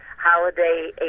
holiday